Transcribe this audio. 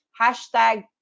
hashtag